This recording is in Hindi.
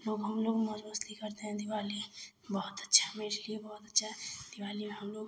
लोग हमलोग मौज़ मस्ती करते हैं दिवाली बहुत अच्छा मेरे लिए बहुत अच्छा है दिवाली में हमलोग